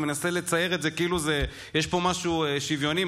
הוא מנסה לצייר את זה כאילו יש פה משהו שוויוני,